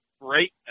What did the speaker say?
great